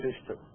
system